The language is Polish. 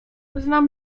znam